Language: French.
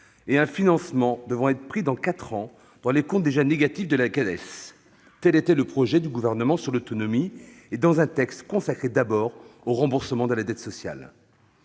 et un financement devant être pris, dans quatre ans, dans les comptes déjà négatifs de la Cades. Tel était le projet du Gouvernement sur l'autonomie, dans un texte consacré d'abord au remboursement de la dette sociale